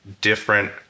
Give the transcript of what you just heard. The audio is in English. different –